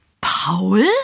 Paul